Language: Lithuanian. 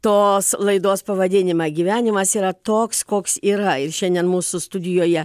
tos laidos pavadinimą gyvenimas yra toks koks yra ir šiandien mūsų studijoje